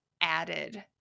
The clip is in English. added